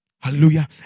Hallelujah